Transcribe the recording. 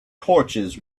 torches